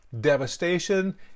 devastation